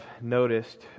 noticed